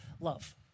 love